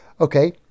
Okay